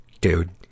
Dude